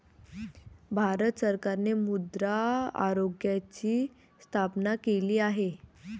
भारत सरकारने मृदा आरोग्याची स्थापना केली आहे